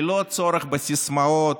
ללא צורך בסיסמאות,